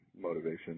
motivation